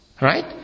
Right